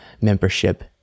membership